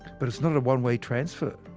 but it's not a one-way transfer.